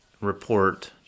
report